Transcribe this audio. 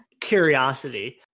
curiosity